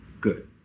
good